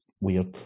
Weird